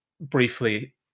briefly